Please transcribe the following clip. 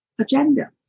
agenda